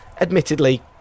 Admittedly